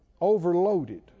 Overloaded